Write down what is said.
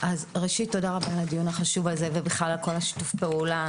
ראשית תודה רבה על הדיון החשוב הזה ובכלל על כל שיתוף הפעולה.